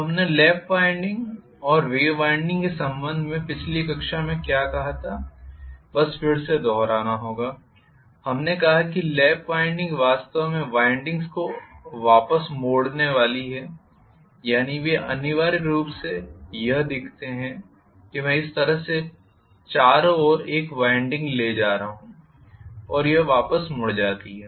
तो हमने lap winding और वेव वाइंडिंग के संबंध में पिछली कक्षा में क्या कहा था बस फिर से दोहराना होगा कि हमने कहा कि लैप वाइंडिंग वास्तव में वाइंडिंग्स को वापस मोड़ने वाली है यानी वे अनिवार्य रूप से यह दिखते हैं कि मैं इस तरह से चारों ओर एक वाइंडिंग ले जा रहा हूँ और यह वापस मुड़ जाती है